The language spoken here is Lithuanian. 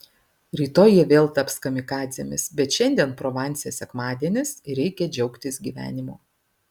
rytoj jie vėl taps kamikadzėmis bet šiandien provanse sekmadienis ir reikia džiaugtis gyvenimu